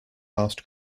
last